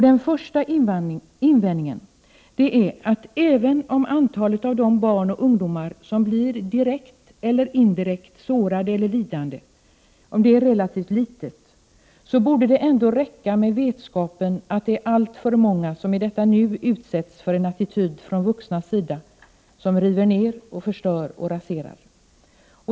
Den första invändningen är att även om antalet barn och ungdomar som blir direkt eller indirekt sårade och lidande är relativt litet, borde det ändå räcka med vetskapen att det är alltför många som i detta nu utsätts för en attityd från vuxnas sida som river ned, förstör och raserar.